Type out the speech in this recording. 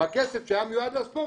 והכסף שהיה מיועד לספורט,